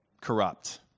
corrupt